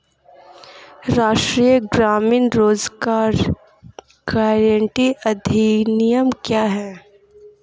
राष्ट्रीय ग्रामीण रोज़गार गारंटी अधिनियम क्या है?